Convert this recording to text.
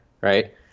right